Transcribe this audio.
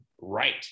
right